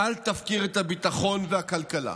אל תפקיר את הביטחון והכלכלה.